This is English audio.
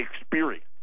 experience